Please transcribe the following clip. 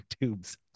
tubes